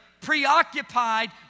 preoccupied